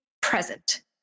present